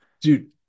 dude